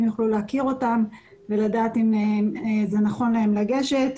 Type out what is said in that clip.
יוכלו להכיר אותם ולדעת אם נכון להם לגשת,